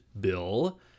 Bill